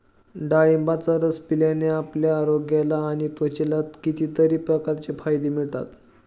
डाळिंबाचा रस पिल्याने आपल्या आरोग्याला आणि त्वचेला कितीतरी प्रकारचे फायदे मिळतात